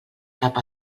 cap